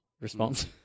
response